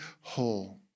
whole